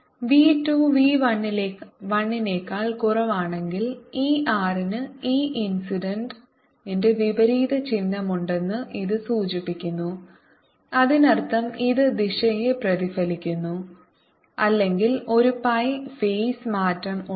v 2 v 1 നേക്കാൾ കുറവാണെങ്കിൽ e r ന് e ഇൻസിഡന്റ്ഇന്റ വിപരീത ചിഹ്നമുണ്ടെന്ന് ഇത് സൂചിപ്പിക്കുന്നു അതിനർത്ഥം ഇത് ദിശയെ പ്രതിഫലിപ്പിക്കുന്നു അല്ലെങ്കിൽ ഒരു pi ഫേസ് മാറ്റം ഉണ്ട്